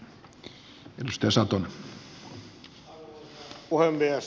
arvoisa puhemies